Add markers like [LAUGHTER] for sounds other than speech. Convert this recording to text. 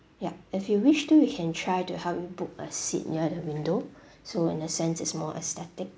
ya if you wish to we can try to help you book a seat near the window [BREATH] so in a sense it's more aesthetic